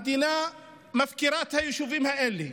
המדינה מפקירה את היישובים האלה.